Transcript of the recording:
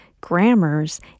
grammars